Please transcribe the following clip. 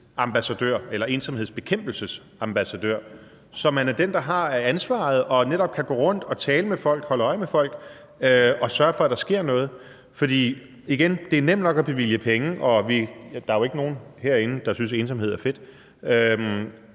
slags ensomhedsbekæmpelsesambassadør, så man er den, der har ansvaret og netop kan gå rundt og tale med folk, holde øje med folk og sørge for, at der sker noget? Og igen – det er nemt nok at bevilge penge, og der er jo ikke nogen herinde, der synes ensomhed er fedt.